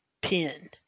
pin